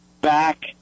Back